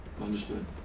Understood